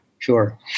Sure